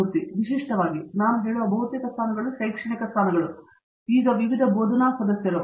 ಮೂರ್ತಿ ವಿಶಿಷ್ಟವಾಗಿ ನಾನು ಹೇಳುವ ಬಹುತೇಕ ಸ್ಥಾನಗಳು ಶೈಕ್ಷಣಿಕ ಸ್ಥಾನಗಳು ಈಗ ವಿವಿಧ ಬೋಧನಾ ಸದಸ್ಯರು